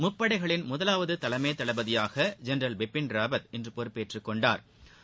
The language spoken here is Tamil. முப்படைகளின் முதலாவது தலைமை தளபதியாக ஜெனரல் பிபின் ராவத் இன்று பொறுப்பேற்றுக் கொண்டாா்